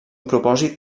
propòsit